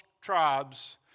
tribes